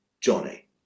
Johnny